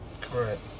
Correct